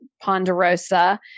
Ponderosa